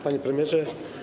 Panie Premierze!